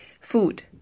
Food